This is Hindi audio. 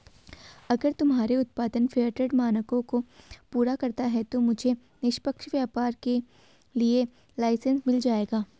अगर तुम्हारे उत्पाद फेयरट्रेड मानकों को पूरा करता है तो तुम्हें निष्पक्ष व्यापार के लिए लाइसेन्स मिल जाएगा